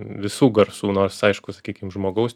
visų garsų nors aišku sakykim žmogaus